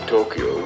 Tokyo